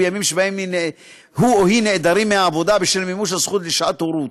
בימים שבהם הוא או היא נעדרים מהעבודה בשל מימוש הזכות לשעת הורות,